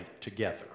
together